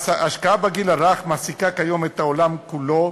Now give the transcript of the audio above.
ההשקעה בגיל הרך מעסיקה כיום את העולם כולו.